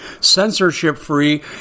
censorship-free